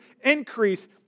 increase